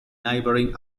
neighboring